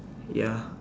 ya